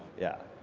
yeah,